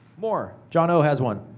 more. jon o has one.